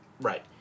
right